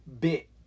bit